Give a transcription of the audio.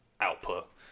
output